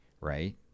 right